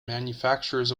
manufacturers